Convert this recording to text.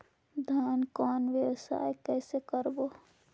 धान कौन व्यवसाय कइसे करबो?